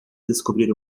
descobrir